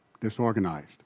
disorganized